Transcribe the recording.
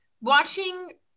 watching